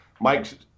Mike